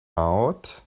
out